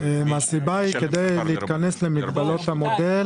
הסיבה היא כדי להיכנס למגבלות המודל.